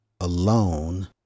alone